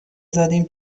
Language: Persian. زدیم